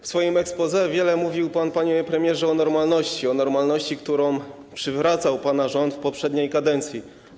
W swoim exposé wiele mówił pan, panie premierze, o normalności, o normalności, którą przywracał pana rząd w poprzedniej kadencji.